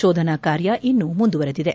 ಶೋಧನಾ ಕಾರ್ಯ ಇನ್ನು ಮುಂದುವರೆದಿದೆ